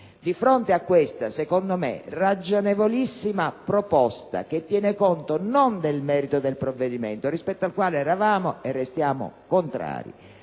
Di fronte a questa, secondo me, ragionevolissima proposta, che tiene conto non del merito del provvedimento - rispetto al quale eravamo e restiamo contrari